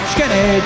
Skinny